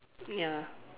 ya